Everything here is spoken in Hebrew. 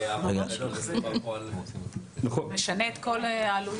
זה משנה את כל העלויות.